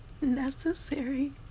necessary